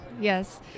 yes